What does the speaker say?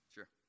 Sure